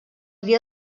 dia